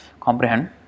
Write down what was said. comprehend